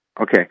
Okay